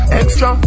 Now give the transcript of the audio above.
extra